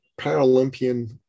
paralympian